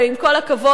ועם כל הכבוד,